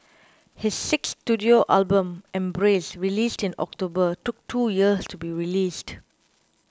his sixth studio album Embrace released in October took two years to be released